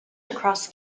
across